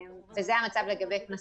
זה המצב לגבי קנסות.